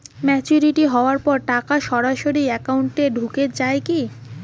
Maturity হওয়ার পর টাকা সরাসরি একাউন্ট এ ঢুকে য়ায় কি?